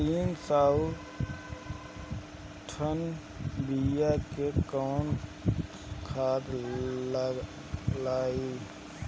तीन सउ चउसठ बिया मे कौन खाद दलाई?